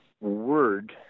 word